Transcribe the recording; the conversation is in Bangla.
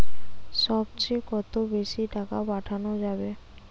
সব চেয়ে কত বেশি টাকা পাঠানো যাবে?